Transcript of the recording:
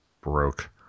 broke